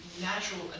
natural